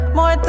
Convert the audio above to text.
More